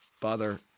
bother